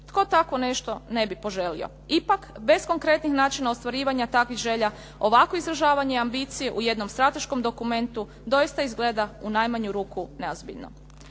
Tko takvo nešto ne bi poželio? Ipak, bez konkretnih načina ostvarivanja takvih želja, ovakvo izražavanje ambicije u jednom strateškom dokumentu doista izgleda u najmanju ruku neozbiljno.